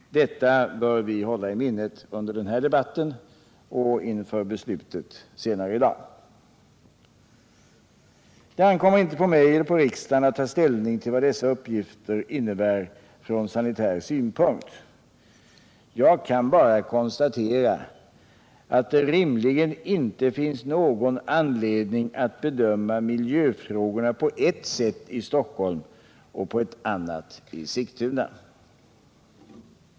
Detta bör vi hålla i minnet under den här debatten och inför beslutet senare i dag. Det ankommer inte på mig eller på riksdagen att ta ställning till vad dessa uppgifter innebär från sanitär synpunkt. Jag kan bara konstatera att det rimligen inte finns anledning att bedöma miljöfrågorna på ett sätt i Stockholm och på ett annat i Sigtuna.